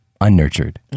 unnurtured